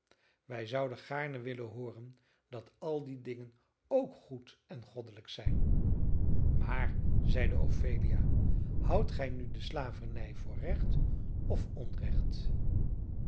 wij zouden gaarne willen hooren dat al die dingen ook goed en goddelijk zijn maar zeide ophelia houdt gij nu de slavernij voor recht of onrecht